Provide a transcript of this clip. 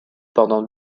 pendant